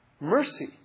mercy